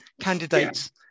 candidates